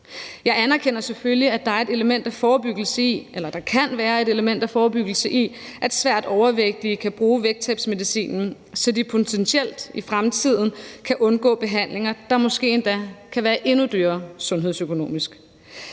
Jeg anerkender selvfølgelig, at der kan være et element af forebyggelse i, at svært overvægtige kan bruge vægttabsmedicinen, så de potentielt i fremtiden kan undgå behandlinger, der måske endda kan være endnu dyrere sundhedsøkonomisk.